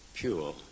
pure